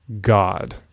God